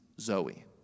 Zoe